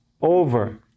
over